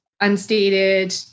unstated